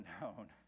known